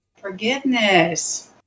Forgiveness